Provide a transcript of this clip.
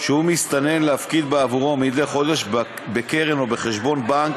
שהוא מסתנן להפקיד בעבורו מדי חודש בקרן או בחשבון בנק